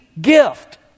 gift